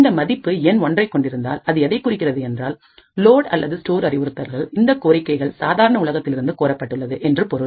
இந்த மதிப்பு எண் ஒன்றை கொண்டிருந்தால் அது எதை குறிக்கிறது என்றால் லோட் அல்லது ஸ்டோர் அறிவுறுத்தல்கள் இந்தக் கோரிக்கைகள் சாதாரண உலகத்திலிருந்து கோரப்பட்டுள்ளன என்று பொருள்